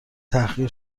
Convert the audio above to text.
تحقیر